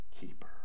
keeper